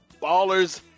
Ballers